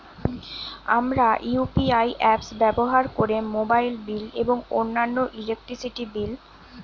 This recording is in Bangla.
আমরা ইউ.পি.আই অ্যাপস ব্যবহার করে মোবাইল বিল এবং অন্যান্য ইউটিলিটি বিল পরিশোধ করতে পারি